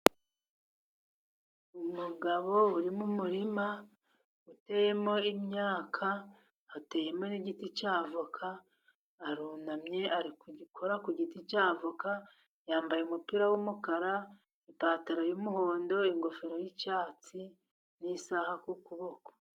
Umugabo uri mu murima uteyemo imyaka, hateyemo n'igiti cy'avoka, arunamye ari gukora ku giti cy'avoka yambaye umupira w'umukara, ipantaro y'umuhondo, ingofero y'icyatsi, n'isaha ku kuboko.